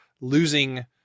losing